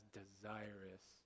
desirous